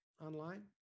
online